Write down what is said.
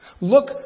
Look